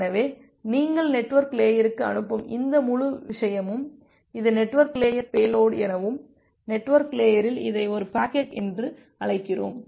எனவே நீங்கள் நெட்வொர்க் லேயருக்கு அனுப்பும் இந்த முழு விஷயமும் இது நெட்வொர்க் லேயர் பேலோடு எனவும் நெட்வொர்க் லேயரில் இதை ஒரு பாக்கெட் என்று அழைக்கிறோம்